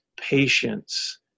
patience